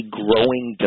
growing